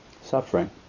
suffering